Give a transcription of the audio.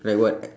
like what